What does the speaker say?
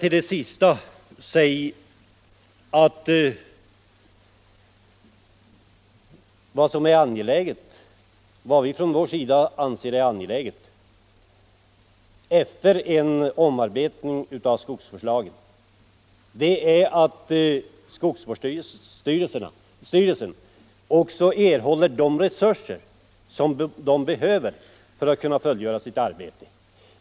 Till det sista som herr Lindberg sade vill jag säga att vad vi anser är angeläget efter en omarbetning av skogsvårdslagen är att skogsvårdsstyrelserna också erhåller de resurser som behövs för att de skall kunna fullgöra sitt arbete.